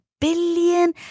billion